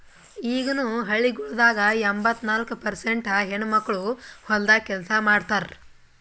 ಈಗನು ಹಳ್ಳಿಗೊಳ್ದಾಗ್ ಎಂಬತ್ತ ನಾಲ್ಕು ಪರ್ಸೇಂಟ್ ಹೆಣ್ಣುಮಕ್ಕಳು ಹೊಲ್ದಾಗ್ ಕೆಲಸ ಮಾಡ್ತಾರ್